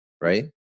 right